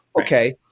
Okay